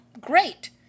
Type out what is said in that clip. Great